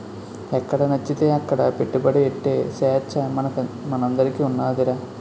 ఎక్కడనచ్చితే అక్కడ పెట్టుబడి ఎట్టే సేచ్చ మనందరికీ ఉన్నాదిరా